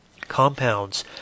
compounds